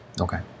Okay